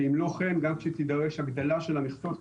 שאם לא כן גם כשתידרש הגדלה של המכסות,